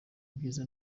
ibyiza